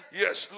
yes